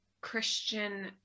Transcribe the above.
Christian